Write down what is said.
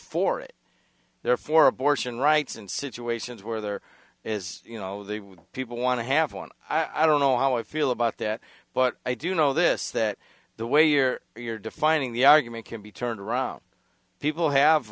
for it they're for abortion rights in situations where there is you know the people want to have one i don't know how i feel about that but i do know this that the way you're you're defining the argument can be turned around people have